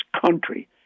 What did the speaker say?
country